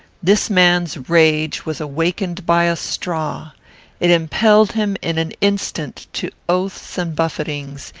this man's rage was awakened by a straw it impelled him in an instant to oaths and buffetings,